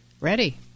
Ready